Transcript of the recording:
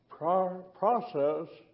process